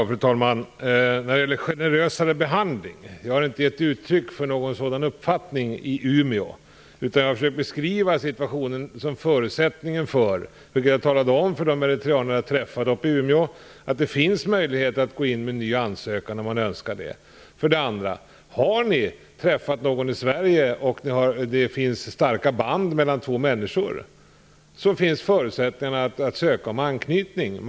Fru talman! Jag har inte i Umeå givit uttryck för en uppfattning till förmån för en generösare behandling, utan jag har försökt att för de eritreaner som jag träffade uppe i Umeå tala om att det finns möjlighet att gå in med en ny ansökan, om man önskar göra det. Har en eritrean vidare i Sverige träffat en person som det skapats starka band till, finns det förutsättningar för ansökan med hänvisning till anknytningsskäl.